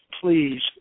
please